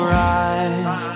rise